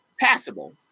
Passable